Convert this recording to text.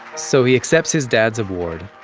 so he accepts his dad's award.